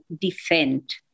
defend